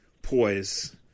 poise